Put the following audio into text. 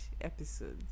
episodes